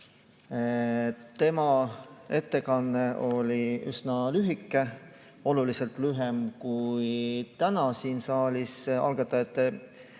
Tema ettekanne oli üsna lühike, oluliselt lühem kui täna siin saalis kuuldud